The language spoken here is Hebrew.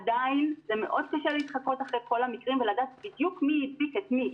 עדיין זה מאוד קשה להתחקות אחר כל המקרים ולדעת בדיוק מי הדביק את מי.